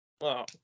Wow